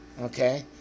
Okay